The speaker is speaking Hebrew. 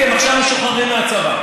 כי הם עכשיו משוחררים מהצבא.